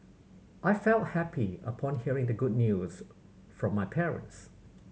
I felt happy upon hearing the good news from my parents